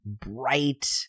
bright